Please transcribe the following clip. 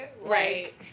Right